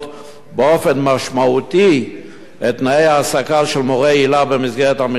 באופן משמעותי את תנאי ההעסקה של מורי היל"ה במסגרת המכרז.